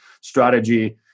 strategy